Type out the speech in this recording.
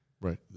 right